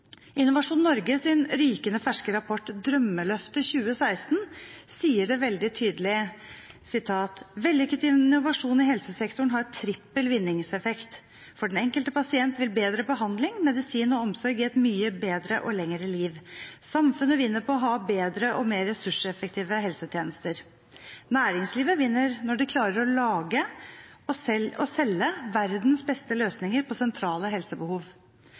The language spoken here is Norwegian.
Innovasjon Norges rykende ferske rapport, Drømmeløftet 2016, sier det veldig tydelig: «Vellykket innovasjon i helsesektoren har trippel vinningseffekt. For den enkelte pasient vil bedre behandling, medisin og omsorg gi et mye bedre og lengre liv. Samfunnet vinner på å ha bedre og mer ressurseffektive helsetjenester Næringslivet vinner når det klarer å lage og selge verdens beste løsninger på sentrale helsebehov.